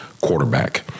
quarterback